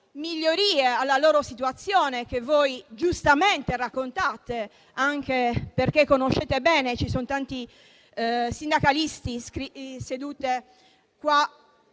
migliorie della loro situazione, che voi giustamente raccontate, anche perché le conoscete bene. Ci sono tanti sindacalisti seduti fra